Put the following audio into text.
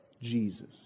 Jesus